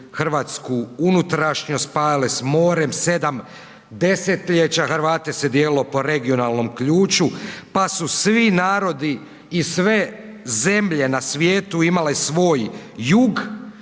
Hrvatsku unutrašnjost spajale s more, sedam desetljeća Hrvate se dijelilo po regionalnom ključu, pa su svi narodi i sve zemlje na svijetu imale svoj jug,